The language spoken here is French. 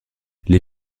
les